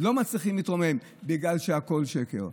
לא מצליחים להתרומם בגלל שהכול שקר.